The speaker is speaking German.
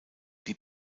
die